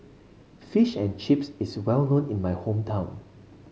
Fish and Chips is well known in my hometown